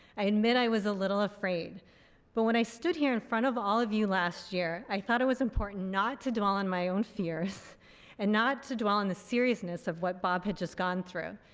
i admit, i was a little afraid but when i stood here in front of all of you last year i thought it was important not to dwell on my own fears and not to dwell in the seriousness of what bob had just gone through.